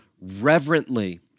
reverently